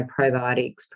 probiotics